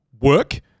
work